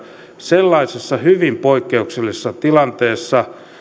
sellaisessa hyvin poikkeuksellisessa tilanteessa